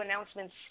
announcements